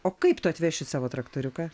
o kaip tu atveši savo traktoriuką